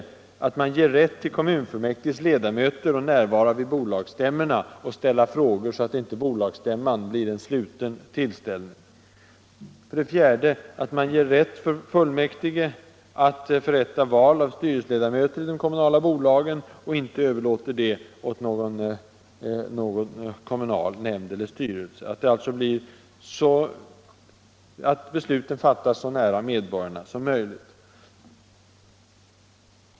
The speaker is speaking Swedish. Man bör ge rätt för kommunfullmäktiges ledamöter att närvara vid bolagsstämmorna och ställa frågor, så att inte bolagsstämman blir en sluten tillställning. 4. Rätt för kommunfullmäktige att förrätta val av styrelseledamöter i de kommunala bolagen. Man bör inte överlåta denna rätt till någon kommunal nämnd eller styrelse. Besluten bör fattas så nära medborgarna som möjligt.